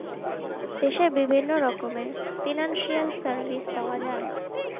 দেশে বিভিন্ন রকমের ফিনান্সিয়াল সার্ভিস পাওয়া যায়